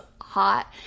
hot